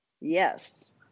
yes